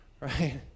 Right